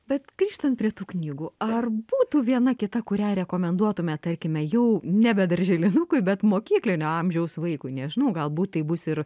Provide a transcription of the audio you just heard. bet grįžtant prie tų knygų ar būtų viena kita kurią rekomenduotumėt tarkime jau nebe darželinukui bet mokyklinio amžiaus vaikui nežinau galbūt tai bus ir